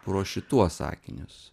pro šituos akinius